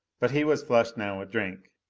but he was flushed now with drink,